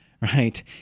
right